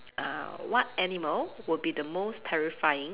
err what animal would be the most terrifying